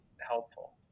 helpful